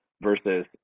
Versus